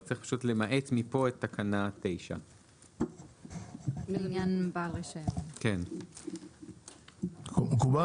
אז צריך פשוט למעט מפה את תקנה 9. מקובל?